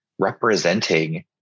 representing